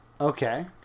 Okay